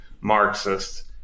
Marxist